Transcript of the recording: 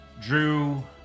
Drew